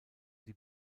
die